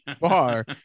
bar